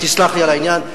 תסלח לי על העניין,